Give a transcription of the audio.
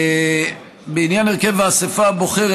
לעניין הרכב האספה הבוחרת,